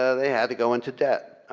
ah they had to go into debt.